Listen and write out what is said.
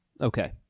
Okay